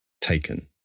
taken